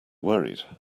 worried